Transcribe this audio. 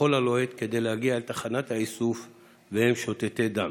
בחול הלוהט כדי להגיע / אל תחנת האיסוף / והם שותתי דם.